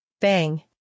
Bang